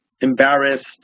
embarrassed